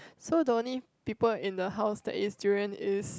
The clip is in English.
so the only people in the house that eat durians is